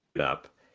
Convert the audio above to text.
up